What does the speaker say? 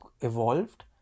evolved